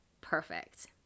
perfect